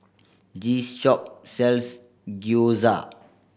this shop sells Gyoza